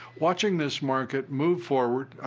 watching this market move forward,